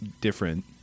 different